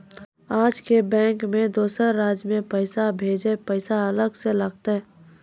आजे के बैंक मे दोसर राज्य मे पैसा भेजबऽ पैसा अलग से लागत?